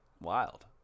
wild